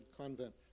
convent